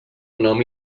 nom